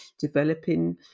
developing